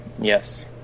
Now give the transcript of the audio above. Yes